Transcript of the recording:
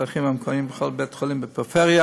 זו הסתה מפורשת לאלימות,